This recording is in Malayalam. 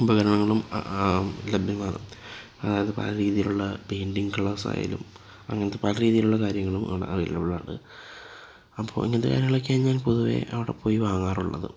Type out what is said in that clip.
ഉപകരണങ്ങളും ലഭ്യമാണ് പല രീതിയിലുള്ള പെയിന്റിംഗ് കളേഴ്സ് ആയാലും അങ്ങനത്തെ പല രീതിയിലുള്ള കാര്യങ്ങളും അവിടെ അവെയിലബില് ആണ് അപ്പോൾ ഇതിന്റെ വിലക്ക് ഞാന് പൊതുവേ അവിടെ പോയി വാങ്ങാറുള്ളത്